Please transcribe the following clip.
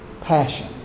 passion